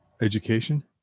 Education